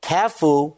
Careful